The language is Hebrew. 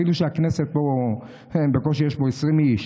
אפילו שבכנסת בקושי יש 20 איש.